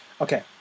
Okay